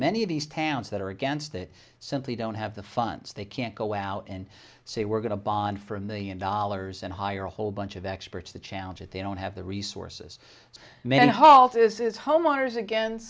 many of these towns that are against that simply don't have the funds they can't go out and say we're going to bond for a million dollars and hire a whole bunch of experts to challenge it they don't have the resources man halt this is homeowners again